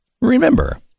Remember